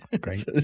Great